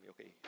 okay